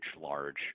large